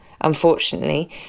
Unfortunately